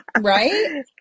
Right